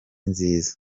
nziza